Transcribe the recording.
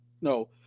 No